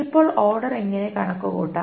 ഇപ്പോൾ ഓർഡർ എങ്ങനെ കണക്കുകൂട്ടാം